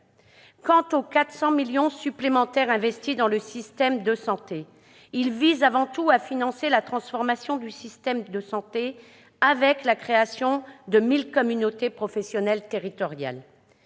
Quant aux 400 millions d'euros supplémentaires investis dans le système de santé, ils visent avant tout à financer sa transformation, avec la création de 1 000 communautés professionnelles territoriales